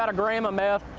but gram of meth.